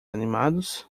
animados